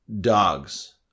dogs